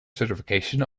certification